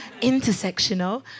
intersectional